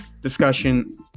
discussion